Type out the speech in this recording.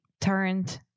turned